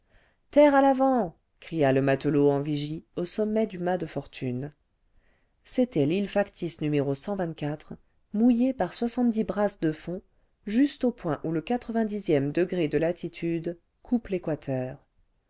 terre à l'avant cria le matelot en vigie au sommet du mât de fortune c'était l'île factice n mouillée par soixante-dix brasses de fond juste au point où le e degré de latitude coupe l'équateur